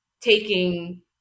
taking